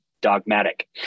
dogmatic